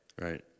Right